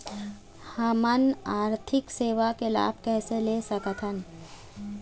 हमन आरथिक सेवा के लाभ कैसे ले सकथन?